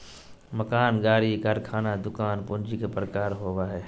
मकान, गाड़ी, कारखाना, दुकान पूंजी के प्रकार होबो हइ